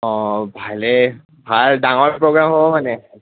অঁ ভালেই ভাল ডাঙৰ প্ৰগ্ৰেম হ'ব মানে